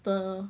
the